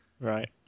Right